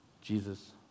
Jesus